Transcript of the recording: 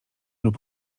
lub